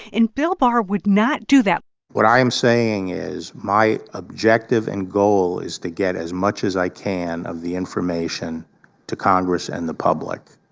and bill barr would not do that what i am saying is my objective and goal is to get as much as i can of the information to congress and the public.